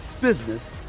business